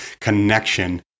connection